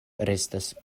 restas